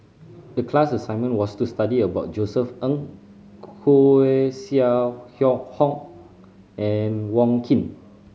the class assignment was to study about Josef Ng Koeh Sia Yong Hong and Wong Keen